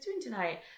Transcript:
tonight